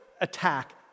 attack